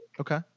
Okay